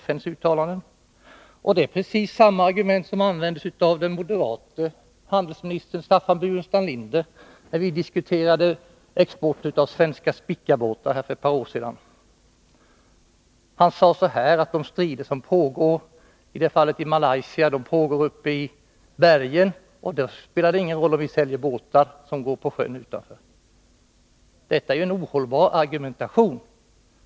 Lennart Bodström använder precis samma argument som användes av den moderate handelsministern Staffan Burenstam Linder, när vi för ett par år sedan här diskuterade export av Spicabåtar. Han sade då att de strider som förekom i Malaysia pågick uppe i bergen och att det då inte spelade någon roll om vi sålde båtar, som ju gick på sjön. Detta är en ohållbar argumentation.